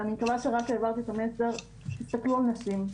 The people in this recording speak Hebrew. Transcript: ואני מקווה שרק העברתי את המסר: תסתכלו על נשים.